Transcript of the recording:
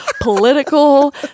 political